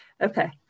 okay